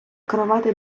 керувати